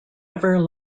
ever